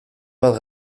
bat